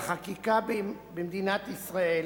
בחקיקה במדינת ישראל